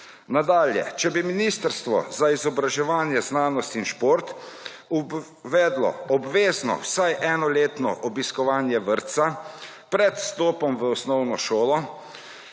Nadalje, če bi Ministrstvo za izobraževanje, znanost in šport uvedlo obvezno vsaj enoletno obiskovanje vrtca pred vstopom v osnovno šolo